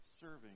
serving